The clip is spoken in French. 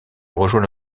rejoint